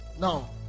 Now